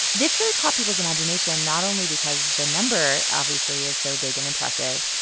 this really caught people's imagination, not only because the number obviously is so big and impressive,